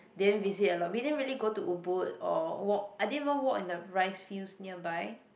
didn't visit a lot we didn't really go to Ubud or walk I didn't even walk in the rice fields nearby